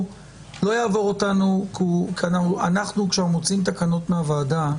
כי כשאנחנו מוציאים תקנות מהוועדה,